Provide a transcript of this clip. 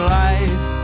life